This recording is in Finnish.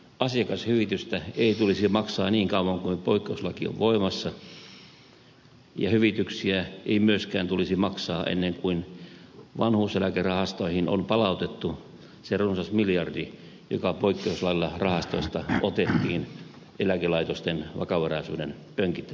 asiakashyvitystä ei tulisi maksaa niin kauan kuin poikkeuslaki on voimassa ja hyvityksiä ei myöskään tulisi maksaa ennen kuin vanhuuseläkerahastoihin on palautettu se runsas miljardi joka poikkeuslailla rahastoista otettiin eläkelaitosten vakavaraisuuden pönkittämiseksi